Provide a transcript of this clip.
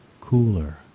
cooler